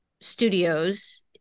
studios